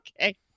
Okay